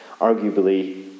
arguably